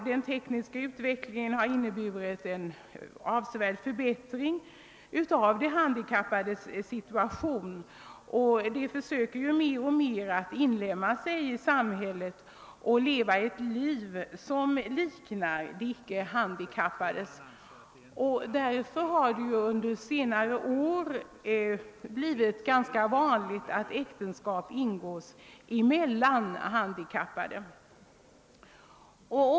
Den tekniska utvecklingen har inneburit en avsevärd förbättring av de handikappades situation. De försöker nu mer och mer bli inlemmade i samhället och leva ett liv som liknar icke handikappade människors. Därför har det under senare år blivit ganska vanligt att handikappade ingår äktenskap.